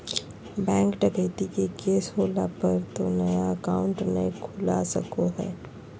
bank डकैती के case होला पर तो नया अकाउंट नय खुला सको हइ